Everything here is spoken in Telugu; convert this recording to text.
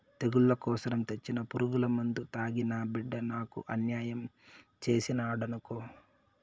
తెగుళ్ల కోసరం తెచ్చిన పురుగుమందు తాగి నా బిడ్డ నాకు అన్యాయం చేసినాడనుకో